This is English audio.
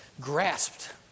grasped